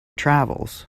travels